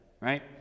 right